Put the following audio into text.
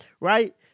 Right